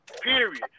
Period